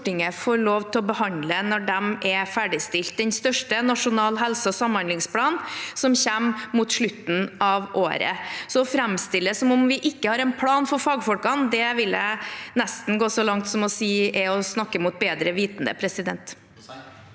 får lov til å behandle når de er ferdigstilt. Den største er Nasjonal helse- og samhandlingsplan, som kommer mot slutten av året. Så å framstille det som om vi ikke har en plan for fagfolkene, det vil jeg nesten gå så langt som å si er å snakke mot bedre vitende. Marian